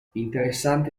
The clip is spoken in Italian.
interessante